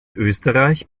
österreich